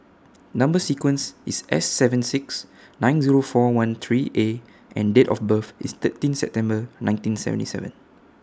Number sequence IS S seven six nine Zero four one three A and Date of birth IS thirteen September nineteen seventy seven